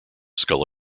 skull